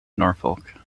norfolk